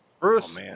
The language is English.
Bruce